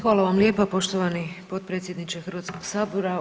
Hvala vam lijepa poštovani potpredsjedniče Hrvatskog sabora.